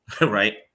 right